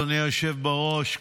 אדוני היושב בראש.